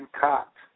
cocked